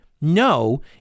no